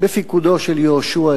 בפיקודו של יהושע,